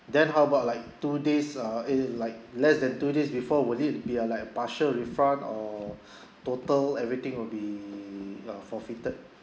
then how about like two days uh eh like less than two days before will it be uh like partial refund or total everything will be uh forfeited